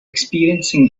experiencing